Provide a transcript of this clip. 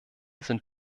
sind